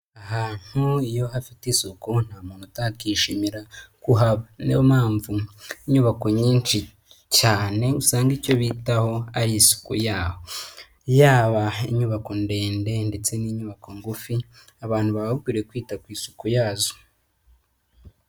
Ahantu iyo hafite isuku nta muntu utakishimira kuhaba. Niyo mpamvu inyubako nyinshi cyane usanga icyo bitaho ari isuku yaho. Yaba inyubako ndetse n'inyubako ngufi, abantu baba bakwiriye kwita ku isuku yazo.